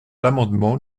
l’amendement